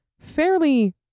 fairly